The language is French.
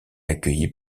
accueillie